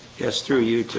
yes through you